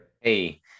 Hey